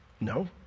No